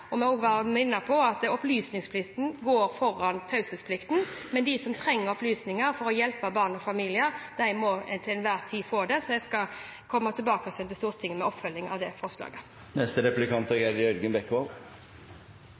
hinder. Jeg vil minne om at opplysningsplikten går foran taushetsplikten. De som trenger opplysninger for å hjelpe barn og familier, må til enhver tid få det. Jeg skal komme tilbake til Stortinget med en oppfølging av det forslaget.